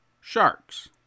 Sharks